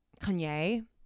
Kanye